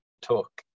talk